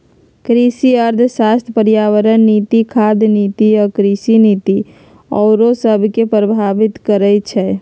कृषि अर्थशास्त्र पर्यावरण नीति, खाद्य नीति आ कृषि नीति आउरो सभके प्रभावित करइ छै